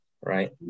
right